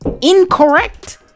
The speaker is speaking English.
incorrect